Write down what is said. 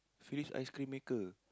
free ice cream maker